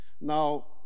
Now